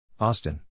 Austin